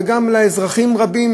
וגם לאזרחים רבים.